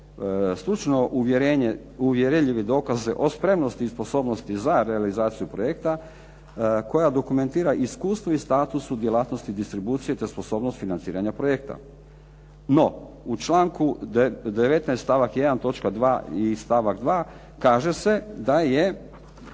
stručno uvjerljive dokaze o spremnosti i sposobnosti za realizaciju projekta koja dokumentira iskustvo i status u djelatnosti distribucije te sposobnost financiranja projekta. No, u članku 19. stavak 1. točka 2.